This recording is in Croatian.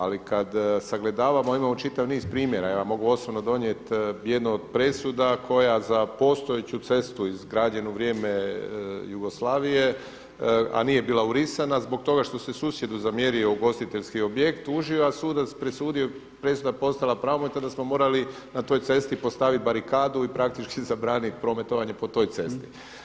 Ali kada sagledavamo, a imamo čitav niz primjera, ja vam mogu osobno donijeti jednu od presuda koja za postojeću cestu izgrađenu u vrijeme Jugoslavije, a nije bila urisana zbog toga što se susjedu zamjerio ugostiteljski objekt tužio, a sudac presudio presuda je postala pravomoćna da smo morali na toj cesti postaviti barikadu i praktički zabraniti prometovanje po toj cesti.